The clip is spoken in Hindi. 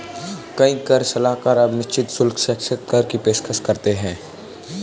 कई कर सलाहकार अब निश्चित शुल्क साक्षात्कार की पेशकश करते हैं